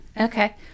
Okay